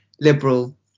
liberal